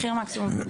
מקסימום.